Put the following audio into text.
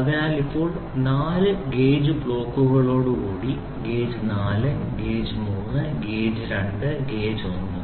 അതിനാൽ ഇപ്പോൾ നാല് ഗേജ് ബ്ലോക്കുകളോടെ ഗേജ് 4 ഗേജ് 3 ഗേജ് 2 ഗേജ് 1